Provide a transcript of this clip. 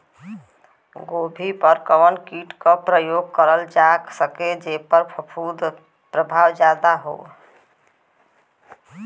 गोभी पर कवन कीट क प्रयोग करल जा सकेला जेपर फूंफद प्रभाव ज्यादा हो?